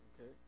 Okay